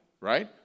Right